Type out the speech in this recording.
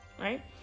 right